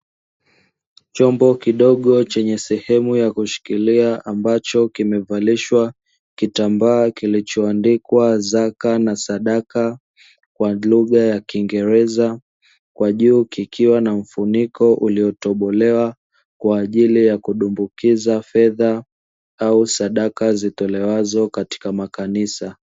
Chombo kidogo chenye sehemu ya kushikilia ambacho kimevalishwa kitambaa kilichoandikwa zaka na sadaka kwa lugha ya kiingereza, kwa juu kikiwa na mfuniko uliotobolewa kwa ajili ya kudumbukiza fedha au sadaka zitolewazo katika makanisa.